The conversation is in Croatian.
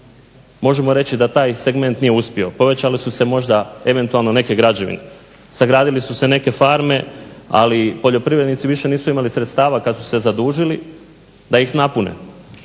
možemo reći da taj segment nije uspio. Povećale su se možda eventualno neke građevine, sagradile su se neke farme. Ali poljoprivrednici više nisu imali sredstava kad su se zadužili da ih napune.